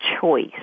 choice